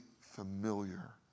familiar